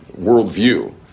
worldview